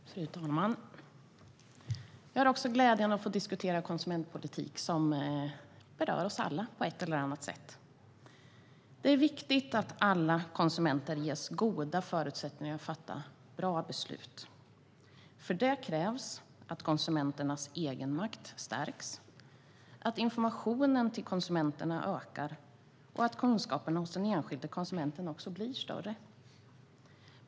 Fru talman! Jag har också glädjen att få diskutera konsumentpolitik, som berör oss alla på ett eller annat sätt. Det är viktigt att alla konsumenter ges goda förutsättningar att fatta rätt beslut. För detta krävs att konsumenternas egenmakt stärks, att informationen till konsumenterna ökar och att kunskaperna hos den enskilde konsumenten blir större.